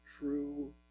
true